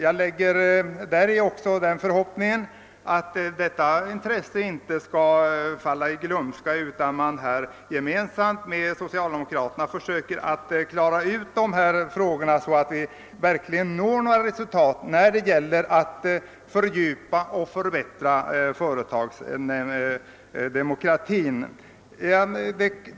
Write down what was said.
Jag inlägger däri också den förhoppningen att detta intresse inte skall falla i glömska, utan att man gemensamt med <:socialdemokraterna skall försöka klara ut dessa frågor, så att strävandena att fördjupa och förbättra företagsdemokratin verkligen kan ge några resultat.